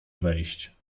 wejść